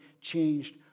changed